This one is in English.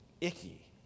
icky